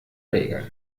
regeln